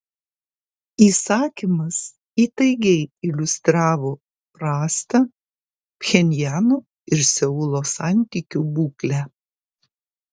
įsakymas įtaigiai iliustravo prastą pchenjano ir seulo santykių būklę